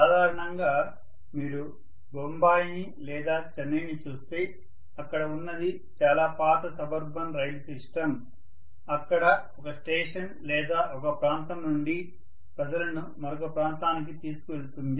సాధారణంగా మీరు బొంబాయిని లేదా చెన్నై ని చూస్తే అక్కడ ఉన్నది చాలా పాత సబర్బన్ రైలు సిస్టం అక్కడ ఒక స్టేషన్ లేదా ఒక ప్రాంతం నుండి ప్రజలను మరొక ప్రాంతానికి తీసుకువెళుతుంది